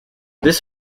this